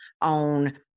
on